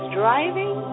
driving